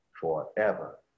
forever